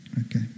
Okay